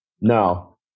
No